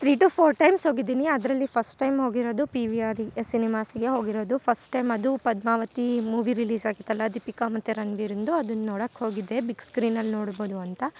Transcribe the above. three two four times ಹೋಗಿದೀನಿ ಅದರಲ್ಲಿ first time ಹೋಗಿರೋದು ಪಿ ವಿ ಆರಿ ಸಿನಿಮಾಸಿಗೆ ಹೋಗಿರೋದು ಫಸ್ಟ್ ಟೈಮ್ ಅದು ಪದ್ಮಾವತಿ ಮೂವಿ ರಿಲೀಸ್ ಆಗಿತ್ತಲ್ಲ ದೀಪಿಕಾ ಮತ್ತು ರಣಬೀರಿಂದು ಅದುನ್ನ ನೋಡೊಕ್ ಹೋಗಿದ್ದೆ ಬಿಗ್ಗ್ ಸ್ಕ್ರೀನಲ್ಲಿ ನೋಡ್ಬೌದು ಅಂತ